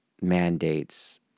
mandates